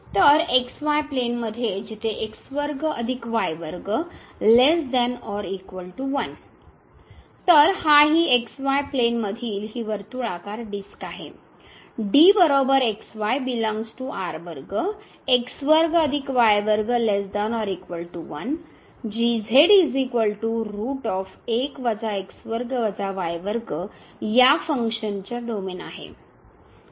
तर प्लेनमध्ये जिथे तर हहि xy प्लेनमधील हि वर्तुळाकार डिस्क आहे जि या फंक्शन चा डोमेन आहे